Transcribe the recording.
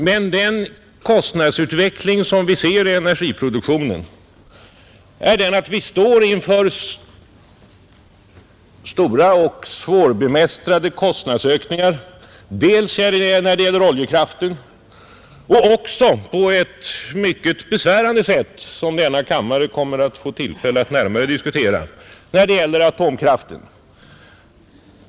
Men den kostnadsutveckling som vi ser i energiproduktionen ger vid handen att vi står inför stora och svårbemästrade kostnadsökningar. Detta gäller dels oljekraften och dels på ett mycket besvärande sätt — som kammaren kommer att få tillfälle att närmare diskutera — när det gäller atomkraften.